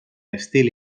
estil